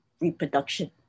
reproduction